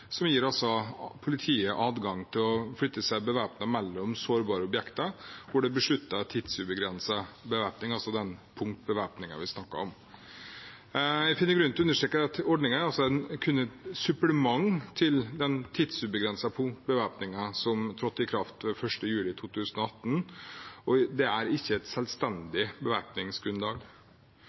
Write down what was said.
som gir politiet adgang til å flytte seg bevæpnet mellom sårbare objekter hvor det er besluttet tidsubegrenset bevæpning – altså den punktbevæpningen vi snakker om. Jeg finner grunn til å understreke at ordningen kun er et supplement til den tidsubegrensede punktbevæpningen som trådte i kraft 1. juli 2018, og det er ikke et selvstendig bevæpningsgrunnlag.